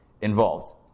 involved